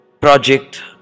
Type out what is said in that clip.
project